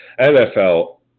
NFL